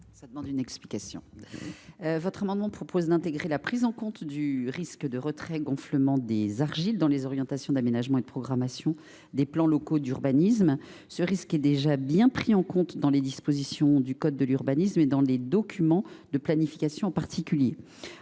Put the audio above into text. Madame la sénatrice, votre amendement tend à intégrer la prise en compte du risque de retrait gonflement des argiles dans les orientations d’aménagement et de programmation des plans locaux d’urbanisme. Or ce risque est déjà bien pris en compte dans les dispositions du code de l’urbanisme et dans les documents de planification. En effet,